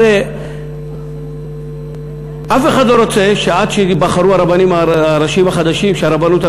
הרי אף אחד לא רוצה שעד שייבחרו הרבניים הראשיים החדשים,